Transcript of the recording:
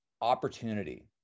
opportunity